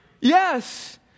Yes